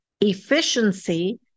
efficiency